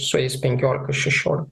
sueis penkiolika šešiolika